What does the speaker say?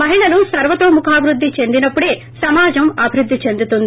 మహిళలు సర్వతోముఖాభివృద్ది చెందినపుడే సమాజం అభివృద్ది చెందుతుంది